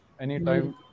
anytime